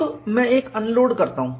अब मैं एक अनलोड करता हूं